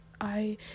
I-